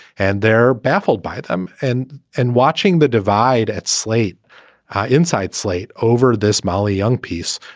and they're baffled by them. and and watching the divide at slate inside slate over this molly young piece,